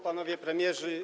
Panowie Premierzy!